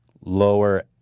lower